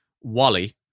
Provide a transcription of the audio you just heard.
Wally